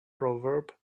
proverb